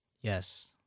Yes